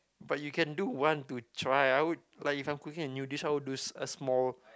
but you can do one to try I would like if I were cooking a new dish I would do sm~ a small